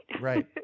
Right